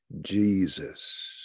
Jesus